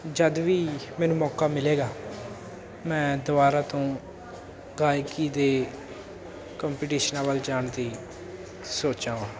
ਜਦ ਵੀ ਮੈਨੂੰ ਮੌਕਾ ਮਿਲੇਗਾ ਮੈਂ ਦੁਬਾਰਾ ਤੋਂ ਗਾਇਕੀ ਦੇ ਕੰਪੀਟੀਸ਼ਨਾਂ ਵੱਲ ਜਾਣ ਦੀ ਸੋਚਾਂਗਾ